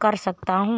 कर सकता हूँ?